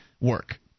work